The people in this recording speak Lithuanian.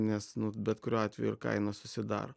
nes bet kuriuo atveju ir kainos susidaro